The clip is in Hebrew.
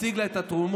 השיג לה את התרומות,